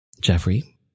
Jeffrey